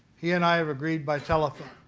he and i have agreed by telephone.